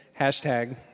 hashtag